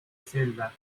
celda